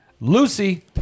Lucy